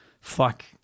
Fuck